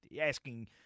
asking